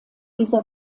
dieser